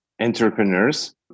entrepreneurs